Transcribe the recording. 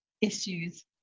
issues